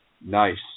Nice